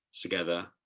together